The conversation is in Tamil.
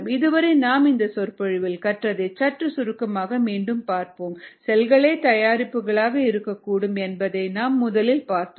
இதுவரை நாம் இந்த சொற்பொழிவில் கற்றதை சற்று சுருக்கமாக மீண்டும் பார்ப்போம் செல்களே தயாரிப்புகளாக இருக்கக்கூடும் என்பதை நாம் முதலில் பார்த்தோம்